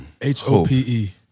H-O-P-E